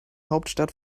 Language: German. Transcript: hauptstadt